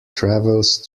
travels